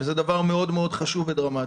וזה דבר מאוד מאוד חשוב ודרמטי.